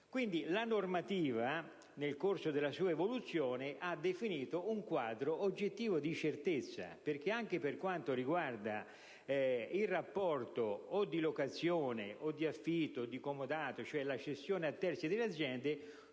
La normativa, nel corso della sua evoluzione, ha definito quindi un quadro oggettivo di certezza. Anche per quanto riguarda il rapporto di locazione, di affitto o di comodato (cioè la cessione a terzi delle aziende),